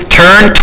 turn